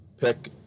pick